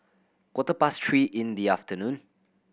quarter past three in the afternoon